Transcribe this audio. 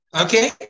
Okay